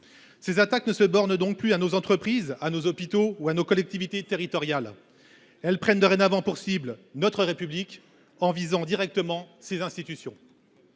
Ces attaques ne se bornent donc plus à nos entreprises, à nos hôpitaux et à nos collectivités territoriales : elles prennent dorénavant pour cible notre République, en visant directement ses institutions.